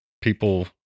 People